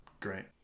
great